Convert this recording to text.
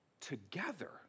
together